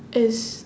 it's